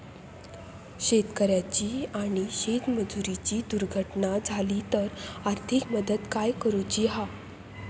शेतकऱ्याची आणि शेतमजुराची दुर्घटना झाली तर आर्थिक मदत काय करूची हा?